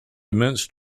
immense